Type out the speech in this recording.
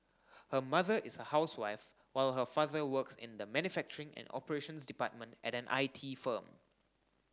her mother is a housewife while her father works in the manufacturing and operations department at an I T firm